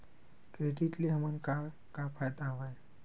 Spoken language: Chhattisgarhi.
क्रेडिट ले हमन का का फ़ायदा हवय?